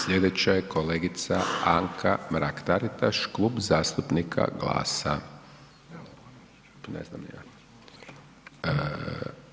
Sljedeća je kolegica Anka Mrak-Taritaš, Klub zastupnika GLAS-a.